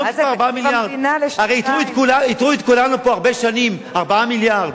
לזרוק את כל 4 המיליארד.